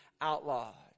outlawed